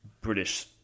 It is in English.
British